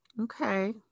Okay